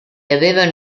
avevano